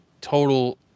total